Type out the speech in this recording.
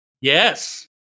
Yes